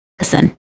listen